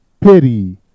pity